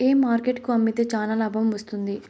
ఏ market కు అమ్మితే చానా లాభం వస్తుంది?